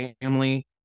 family